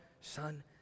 Son